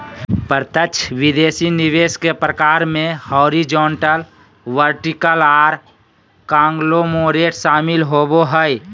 प्रत्यक्ष विदेशी निवेश के प्रकार मे हॉरिजॉन्टल, वर्टिकल आर कांगलोमोरेट शामिल होबो हय